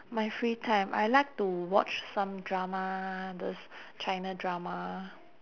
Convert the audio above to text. my free time I like to watch some drama those china drama